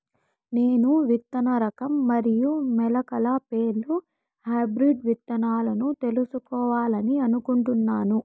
నేను విత్తన రకం మరియు మొలకల పేర్లు హైబ్రిడ్ విత్తనాలను తెలుసుకోవాలని అనుకుంటున్నాను?